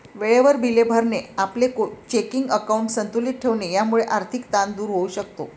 वेळेवर बिले भरणे, आपले चेकिंग अकाउंट संतुलित ठेवणे यामुळे आर्थिक ताण दूर होऊ शकतो